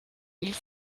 ils